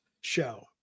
show